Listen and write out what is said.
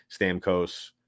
Stamkos